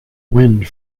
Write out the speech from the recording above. wind